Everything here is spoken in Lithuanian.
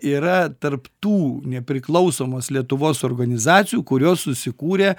yra tarp tų nepriklausomos lietuvos organizacijų kurios susikūrė